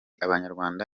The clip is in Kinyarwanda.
abanyarwanda